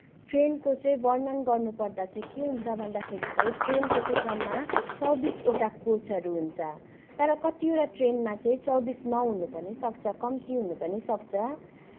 ट्रेनको चाहिँ वर्णन गर्नुपर्दा चाहिँ के हुन्छ भन्दाखेरि चाहिँ ट्रेनको चाहिँ जम्मा चौबिसवटा कोचहरू हुन्छ तर कतिवटा ट्रेनमा चाहिँ चौबिस नहुनु पनि सक्छ कम्ती हुनु पनि सक्छ